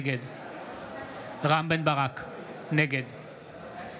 נגד רם בן ברק, נגד